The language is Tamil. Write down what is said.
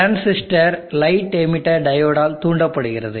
டிரான்சிஸ்டர் லைட் எமீட்டர் டையோடால் தூண்டப்படுகிறது